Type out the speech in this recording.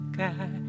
guy